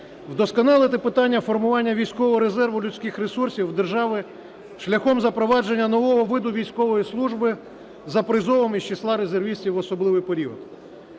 Вдосконалити питання формування військового резерву людських ресурсів в державі шляхом запровадження нового виду військової служби за призовом із числа резервістів в особливий період.